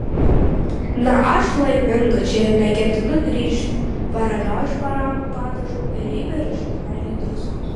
na aš laiminga čia ir neketinu grįžti paragauju šparagų padažo ir įberiu žiupsnelį druskos